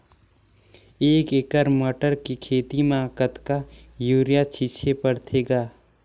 एक एकड़ मटर के खेती म कतका युरिया छीचे पढ़थे ग?